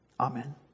Amen